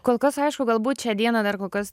kol kas aišku galbūt šią dieną dar kol kas